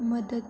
मदद